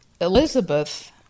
Elizabeth